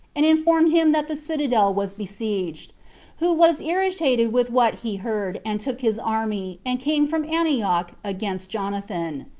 and informed him that the citadel was besieged who was irritated with what he heard, and took his army, and came from antioch, against jonathan.